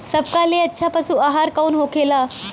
सबका ले अच्छा पशु आहार कवन होखेला?